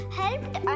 helped